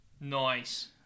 Nice